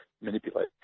manipulate